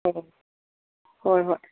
ꯑꯣ ꯍꯣꯏ ꯍꯣꯏ